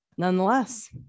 nonetheless